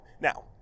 Now